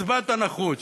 קצבת הנכות,